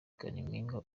kalimpinya